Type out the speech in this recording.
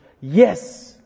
Yes